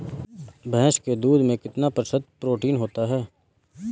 भैंस के दूध में कितना प्रतिशत प्रोटीन होता है?